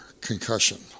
concussion